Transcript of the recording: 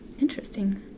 Interesting